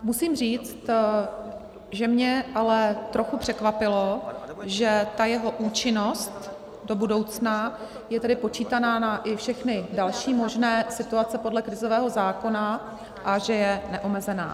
Musím říct, že mě ale trochu překvapilo, že jeho účinnost do budoucna je tedy počítaná i na všechny další možné situace podle krizového zákona a že je neomezená.